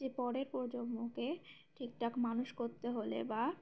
যে পরের প্রজন্মকে ঠিকঠাক মানুষ করতে হলে বা